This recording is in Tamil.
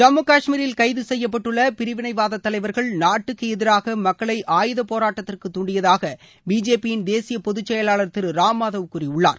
ஜம்மு கஷ்மீரில் கைது செய்யப்பட்டுள்ள பிரிவினைவாத தலைவர்கள் நாட்டுக்கு எதிராக மக்களை ஆயுதப் போராட்டத்திற்கு தூண்டியதாக பிஜேபியின் தேசிய பொதுச் செயவாளர் திரு ராம் மாதவ் கூறியுள்ளார்